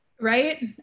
Right